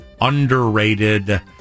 underrated